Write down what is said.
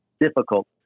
difficult